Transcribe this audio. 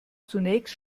zunächst